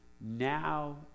now